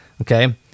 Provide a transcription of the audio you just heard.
Okay